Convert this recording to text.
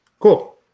Cool